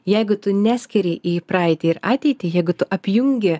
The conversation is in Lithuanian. jeigu tu neskiri į praeitį ir ateitį jeigu tu apjungi